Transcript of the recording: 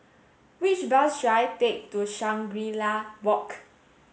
which bus should I take to Shangri La Walk